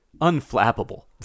Unflappable